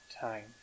time